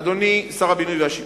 אדוני שר הבינוי והשיכון,